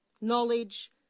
knowledge